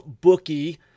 bookie